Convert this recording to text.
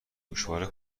گوشواره